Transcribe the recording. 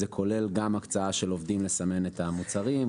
וזה כולל גם הקצאה של עובדים לסמן את המוצרים,